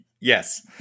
Yes